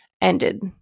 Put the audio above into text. ended